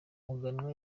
muganwa